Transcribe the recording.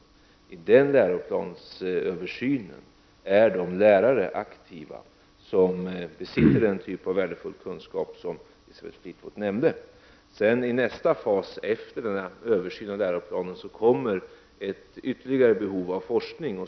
I arbetet med den läroplansöversynen är de lärare aktiva som besitter den typ av värdefull kunskap som Elisabeth Fleetwood nämnde. Under nästa fas — efter denna översyn av läroplanen - kommer det att finnas behov av ytterligare forskning.